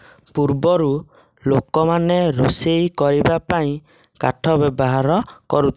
ପୂର୍ବରୁ ଲୋକମାନେ ରୋଷେଇ କରିବା ପାଇଁ କାଠ ବ୍ୟବହାର କରୁଥିଲେ